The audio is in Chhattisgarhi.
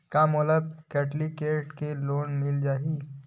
का मोला बिना कौंटलीकेट के लोन मिल जाही?